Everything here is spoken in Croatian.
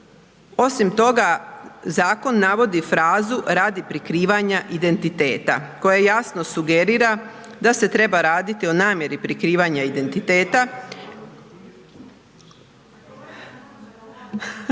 Osim toga, zakon navodi frazu radi prikrivanja identiteta koja jasno sugerira da se treba raditi o namjeri prikrivanja identiteta,…